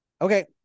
Okay